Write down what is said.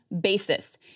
basis